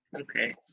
Okay